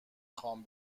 خوام